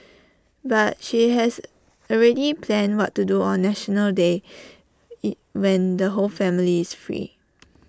but she has already planned what to do on National Day when the whole family is free